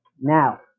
now